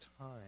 time